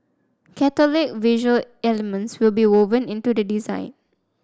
catholic visual elements will be woven into the design